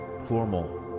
formal